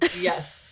yes